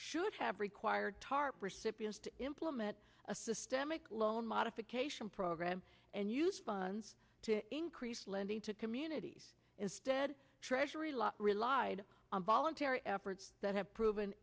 should have required tarp recipients to implement a systemic loan modification program and use funds to increase lending to communities instead treasury lott relied on voluntary efforts that have proven